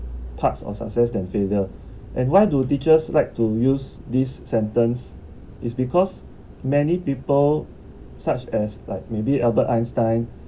part of success than failure and why do teachers like to use this sentence is because many people such as like maybe albert einstein